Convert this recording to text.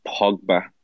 Pogba